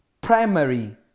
primary